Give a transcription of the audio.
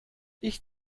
ich